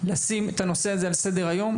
ונשים את הנושא הזה על סדר היום,